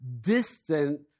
distant